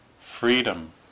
Freedom